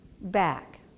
back